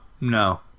No